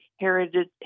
Heritage